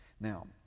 Now